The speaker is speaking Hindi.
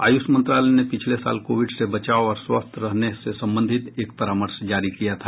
आयुष मंत्रालय ने पिछले साल कोविड से बचाव और स्वस्थ रहने से संबंधित एक परामर्श जारी किया था